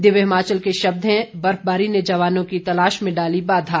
दिव्य हिमाचल के शब्द हैं बर्फबारी ने जवानों की तलाश में डाली बाधा